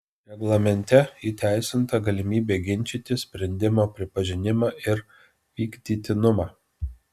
reglamente įteisinta galimybė ginčyti sprendimo pripažinimą ir vykdytinumą